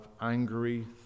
angry